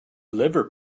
liver